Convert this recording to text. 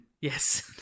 Yes